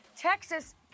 Texas